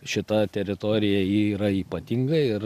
šita teritorija ji yra ypatinga ir